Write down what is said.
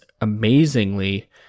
amazingly